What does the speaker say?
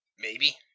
Maybe